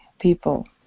people